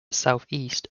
southeast